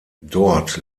dort